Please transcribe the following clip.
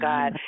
God